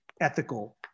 ethical